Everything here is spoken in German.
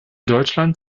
deutschland